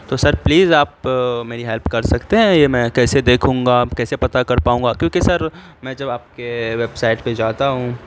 تو sir please آپ میری ہیلپ کر سکتے ہیں یہ میں کیسے دیکھوں گا اب کیسے پتا کر پاؤں گا کیوںکہ سر میں جب آپ کے ویبسائٹ پہ جاتا ہوں